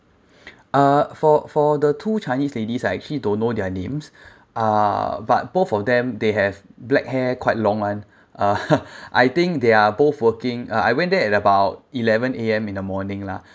uh for for the two chinese ladies I actually don't know their names uh but both of them they have black hair quite long [one] (uh huh) I think they are both working uh I went there at about eleven A_M in the morning lah